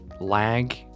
lag